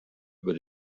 über